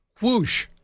Whoosh